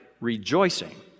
rejoicing